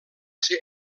ser